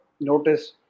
notice